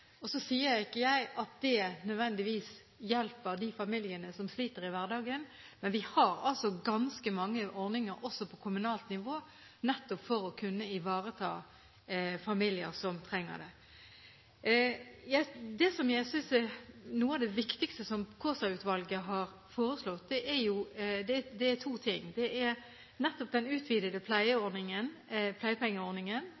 også slik at jeg hadde vært veldig bekymret hvis vi ikke hadde noen ordninger i Norge, men vi har ganske mange ordninger sånn som det er. Så sier ikke jeg at det nødvendigvis hjelper de familiene som sliter i hverdagen, men vi har altså ganske mange ordninger også på kommunalt nivå nettopp for å kunne ivareta familier som trenger det. Noe av det viktigste som Kaasa-utvalget har foreslått, er nettopp den utvidede